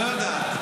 לא יודעת.